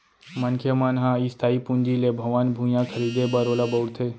मनखे मन ह इस्थाई पूंजी ले भवन, भुइयाँ खरीदें बर ओला बउरथे